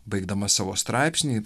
baigdamas savo straipsnį